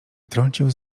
wtrącił